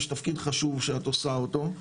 יש תפקיד חשוב שאת עושה אותו.